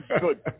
good